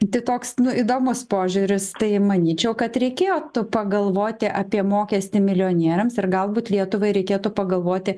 tai koks nu įdomus požiūris tai manyčiau kad reikėtų pagalvoti apie mokestį milijonieriams ir galbūt lietuvai reikėtų pagalvoti